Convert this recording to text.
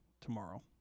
tomorrow